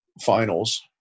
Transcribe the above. finals